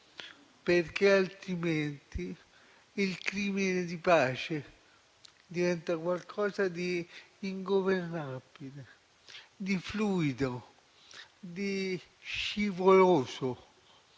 papà. Altrimenti il crimine di pace diventa qualcosa di ingovernabile, di fluido, di scivoloso